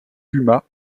puma